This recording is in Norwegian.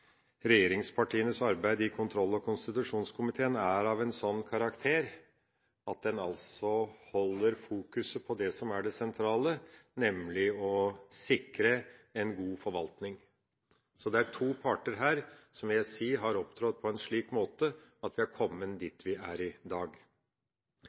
regjeringspartienes arbeid i kontroll- og konstitusjonskomiteen er av en sånn karakter at man altså har fokus på det som er det sentrale, nemlig å sikre en god forvaltning. Det er to parter her som jeg vil si har opptrådt på en slik måte at vi har kommet